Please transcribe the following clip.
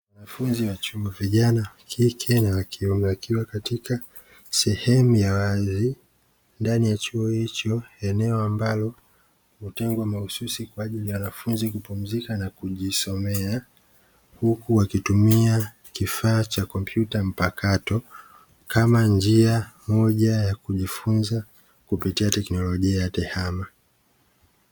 Wanafunzi wa chuo vijana wa kike na wa kiume, wakiwa katika sehemu ya wazi ndani ya chuo hicho. Eneo ambalo hutengwa mahususi kwa ajili ya wanafunzi kupumzika na kujisomea, huku wakitumia kifaa cha kompyuta mpakato, kama njia moja ya kujifunza kupitia teknolojia ya tehama.